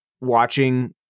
watching